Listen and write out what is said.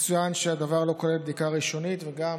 יצוין שהדבר לא כולל בדיקה ראשונה, וגם